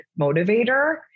motivator